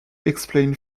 explain